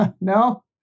No